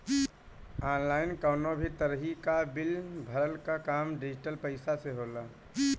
online कवनो भी तरही कअ बिल भरला कअ काम डिजिटल पईसा से होला